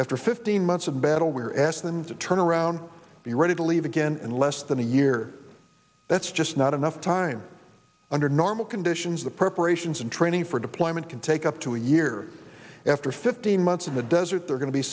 after fifteen months of battle we're asked them to turn around be ready to leave again in less than a year that's just not enough time under normal conditions the preparations and training for deployment can take up to a year after fifteen months in the desert they're going to be